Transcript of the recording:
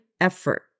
effort